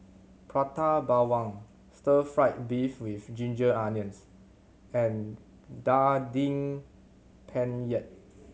Prata Bawang Stir Fry beef with ginger onions and Daging Penyet